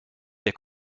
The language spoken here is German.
der